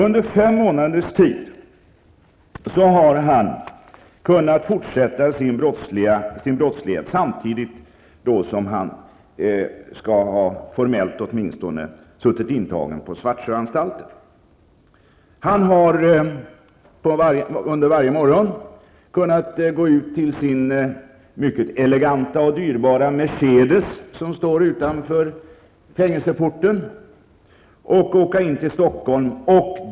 Under fem månaders tid har han kunnat fortsätta sin brottslighet, samtidigt som han åtminstone formellt skall ha suttit intagen på Svartsjöanstalten. Han har varje morgon kunnat gå ut till sin mycket eleganta och dyrbara Mercedes som står utanför fängelseporten och åka in till Stockholm.